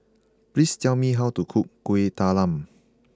please tell me how to cook Kuih Talam